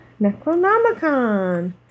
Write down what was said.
Necronomicon